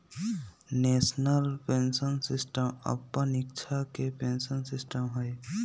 national pension system अप्पन इच्छा के पेंशन सिस्टम हइ